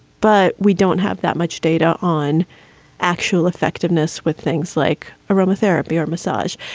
but we don't have that much data on actual effectiveness with things like aroma therapy or massage.